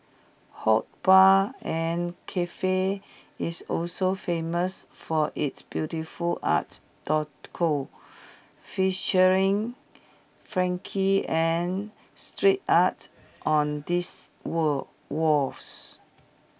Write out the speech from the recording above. hood bar and Cafe is also famous for its beautiful art featuring funky and street art on this wall walls